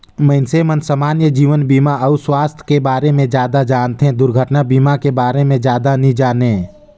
मइनसे मन समान्य जीवन बीमा अउ सुवास्थ के बारे मे जादा जानथें, दुरघटना बीमा के बारे मे जादा नी जानें